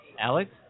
Alex